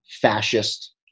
fascist